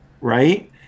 Right